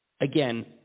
again